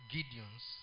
Gideons